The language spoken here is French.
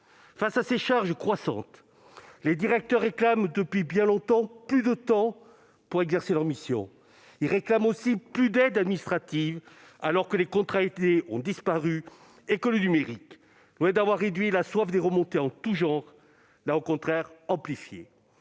Face à ces charges croissantes, les directeurs réclament, depuis bien longtemps, plus de temps pour exercer leurs missions. Ils demandent aussi plus d'aide administrative, alors que les contrats aidés ont disparu et que le numérique, loin d'avoir réduit la soif des remontées en tout genre, l'a au contraire amplifiée.